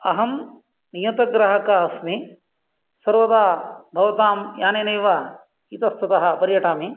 अहं नियतग्राहकः अस्मि सर्वदा भवतां यानेनैव इतस्ततः पर्यटामि